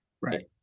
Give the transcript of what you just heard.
Right